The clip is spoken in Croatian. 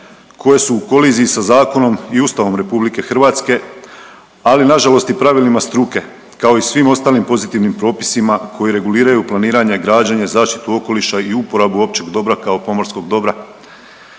koje su u koliziji sa zakonom i Ustavom RH, ali nažalost i pravilima struke, kao i svim ostalim pozitivnim propisima koji reguliraju planiranje, građenje, zaštitu okoliša i uporabu općeg dobra kao pomorskog dobra.